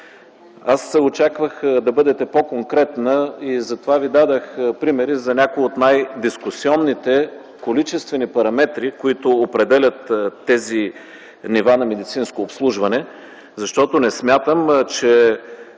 Аз очаквах да бъдете по-конкретна. Затова Ви дадох примери за някои от най-дискусионните количествени параметри, които определят тези нива на медицинско обслужване, защото не смятам, че